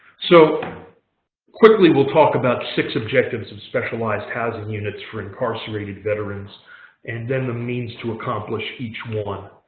so quickly, we'll talk about six objectives of specialized housing units for incarcerated veterans and then the means to accomplish each one.